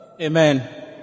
Amen